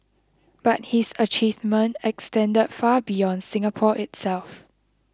but his achievement extended far beyond Singapore itself